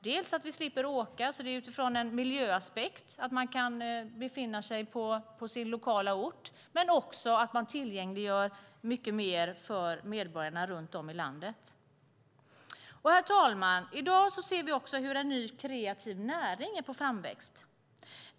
Dels finns det en miljöaspekt genom att man slipper åka och kan befinna sig på sin lokala ort. Dels tillgängliggörs mycket mer för medborgarna runt om i landet. Herr talman! I dag ser vi hur en ny kreativ näring är på framväxt.